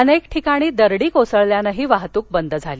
अनेक ठिकाणी दरडी कोसळल्यानं वाहतूक बंद झाली